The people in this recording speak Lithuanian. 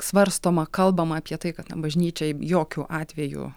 svarstoma kalbama apie tai kad na bažnyčia jokiu atveju